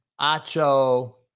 Acho